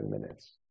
minutes